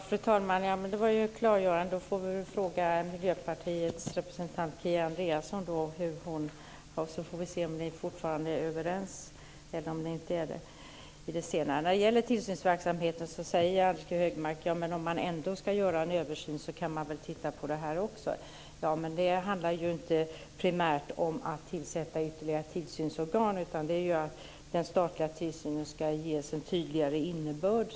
Fru talman! Det var klargörande. Vi får fråga Miljöpartiets representant Kia Andreasson hur hon ser på det, så får vi se om ni fortfarande är överens eller om ni inte är det i det senare. När det gäller tillsynsverksamheten säger Anders G Högmark att om man ändå ska göra en översyn kan man väl titta också på detta. Det handlar inte primärt om att tillsätta ytterligare tillsynsorgan utan om att den statliga tillsynen ska ges en tydligare innebörd.